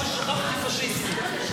אחמד טיבי, דקה.